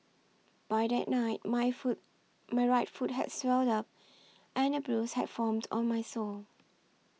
by that night my foot my right foot had swelled up and a bruise had formed on my sole